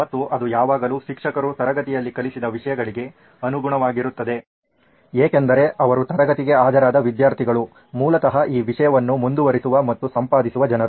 ಮತ್ತು ಅದು ಯಾವಾಗಲೂ ಶಿಕ್ಷಕರು ತರಗತಿಯಲ್ಲಿ ಕಲಿಸಿದ ವಿಷಯಗಳಿಗೆ ಅನುಗುಣವಾಗಿರುತ್ತದೆ ಏಕೆಂದರೆ ಅವರ ತರಗತಿಗೆ ಹಾಜರಾದ ವಿದ್ಯಾರ್ಥಿಗಳು ಮೂಲತಃ ಈ ವಿಷಯವನ್ನು ಮುಂದುವರೆಸುವ ಮತ್ತು ಸಂಪಾದಿಸುವ ಜನರು